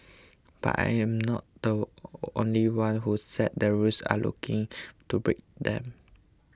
but I am not the only one who sets the rules are looking to break them